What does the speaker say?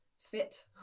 fit